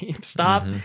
stop